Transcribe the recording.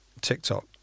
TikTok